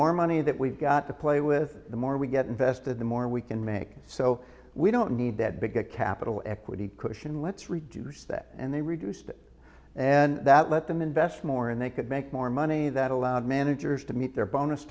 more money that we've got to play with the more we get invested the more we can make so we don't need that big capital equity cushion let's reduce that and they reduced it and that let them invest more and they could make more money that allowed managers to meet their bonus